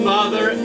Father